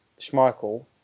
Schmeichel